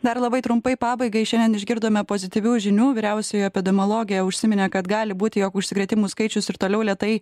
dar labai trumpai pabaigai šiandien išgirdome pozityvių žinių vyriausioji epidemiologė užsiminė kad gali būti jog užsikrėtimų skaičius ir toliau lėtai